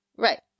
Right